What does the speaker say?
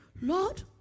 Lord